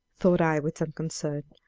thought i with some concern,